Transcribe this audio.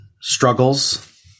struggles